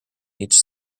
each